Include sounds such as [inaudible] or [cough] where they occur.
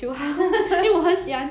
[laughs]